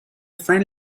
friend